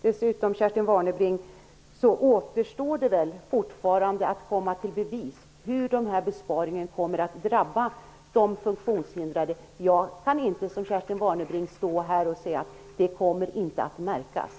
Dessutom, Kerstin Warnerbring, återstår det fortfarande att komma fram med bevis på hur denna besparing kommer att drabba de funktionshindrade. Jag kan inte, som Kerstin Warnerbring, stå här och säga att den inte kommer att märkas.